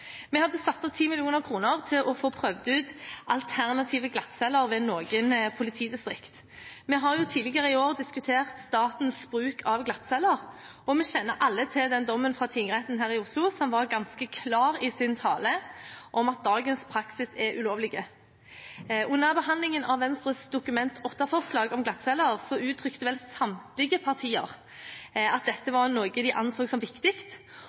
vi kunne tenke oss å gjennomføre. Vi hadde satt av 10 mill. kr til å få prøvd ut alternative glattceller ved noen politidistrikter. Vi har tidligere i år diskutert statens bruk av glattceller, og vi kjenner alle til den dommen fra tingretten her i Oslo, som var ganske klar i sin tale, om at dagens praksis er ulovlig. Under behandlingen av Venstres Dokument 8-forslag om glattceller uttrykte vel samtlige partier at dette var noe de anså som